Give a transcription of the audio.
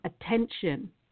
attention